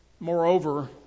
Moreover